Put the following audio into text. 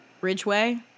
Ridgeway